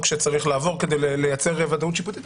שצריך לעבור כדי לייצר ודאות שיפוטית.